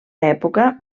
època